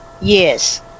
yes